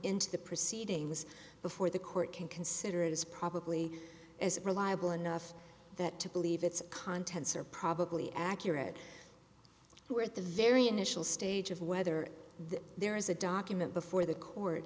into the proceedings before the court can consider it is probably as reliable enough that to believe its contents are probably accurate we're at the very initial stage of whether there is a document before the court